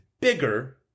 bigger